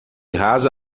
rasa